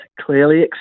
clearly